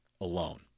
alone